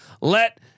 let